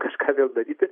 kažką vėl daryti